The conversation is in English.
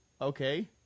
okay